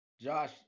Josh